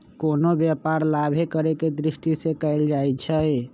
कोनो व्यापार लाभे करेके दृष्टि से कएल जाइ छइ